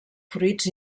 fruits